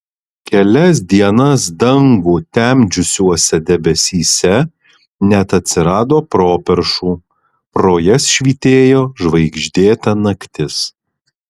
kelias dienas dangų temdžiusiuose debesyse net atsirado properšų pro jas švytėjo žvaigždėta naktis